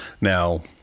Now